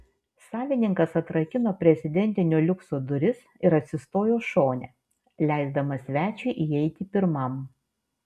savininkas atrakino prezidentinio liukso duris ir atsistojo šone leisdamas svečiui įeiti pirmam